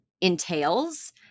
entails